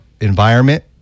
environment